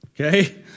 Okay